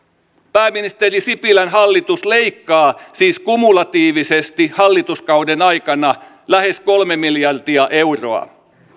pääministeri sipilän hallitus siis leikkaa kumulatiivisesti hallituskauden aikana lähes kolme miljardia euroa